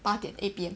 八点 eight P_M